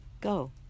GO